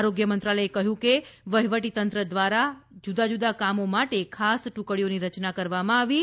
આરોગ્ય મંત્રાલયે કહ્યુ છે કે વહીવટીતંત્ર દ્વારા જુદાજદા કામો માટે ખાસ ટુકડીઓની રચના કરવામાં આવી છે